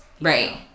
Right